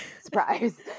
surprise